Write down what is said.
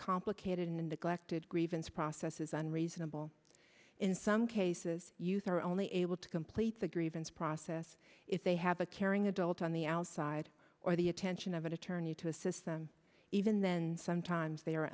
complicated in a neglected grievance process is unreasonable in some cases youth are only able to complete the grievance process if they have a caring adult on the outside or the attention of an attorney to assist them even then sometimes they